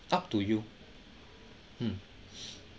up to you mm